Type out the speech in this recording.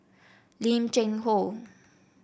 Lim Cheng Hoe